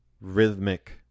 rhythmic